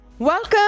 Welcome